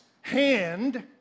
hand